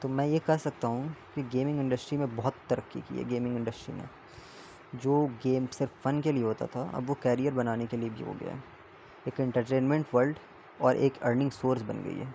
تو میں یہ کہہ سکتا ہوں کہ گیمنگ انڈسٹری میں بہت ترقی کی ہے گیمنگ انڈسٹری میں جو گیم صرف فن کے لیے ہوتا تھا اب وہ کیریئر بنانے کے لیے بھی ہو گیا ہے ایک انٹرٹینمنٹ ورلڈ اور ایک ارننگ سورس بن گئی ہے